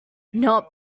not